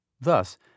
Thus